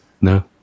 No